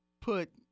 put